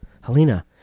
Helena